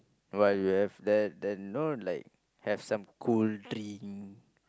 while you have that then you know like have some cool drink